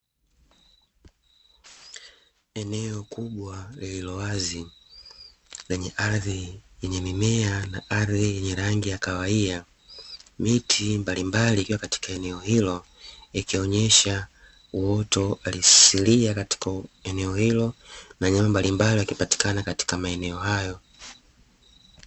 Eneo kubwa lililo wazi lenye ardhi yenye mimea na ardhi yenye rangi ya kahawia, miti mbalimbali ikiwa katika eneo hilo ikionyesha uoto asilia katika eneo hilo na wanyama mbalimbali wakipatikana katika maeneo hayo.